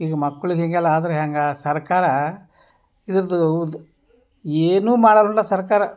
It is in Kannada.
ಈಗ ಮಕ್ಳಿಗ್ ಹೀಗೆಲ್ಲ ಆದರೆ ಹೆಂಗೆ ಸರ್ಕಾರ ಇದರದು ಊದು ಏನೂ ಮಾಡಲಣ್ಣ ಸರ್ಕಾರ